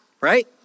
right